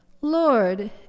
Lord